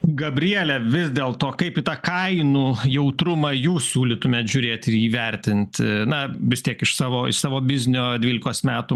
gabriele vis dėl to kaip į tą kainų jautrumą jūs siūlytumėt žiūrėti įvertinti na vis tiek iš savo savo biznio dvylikos metų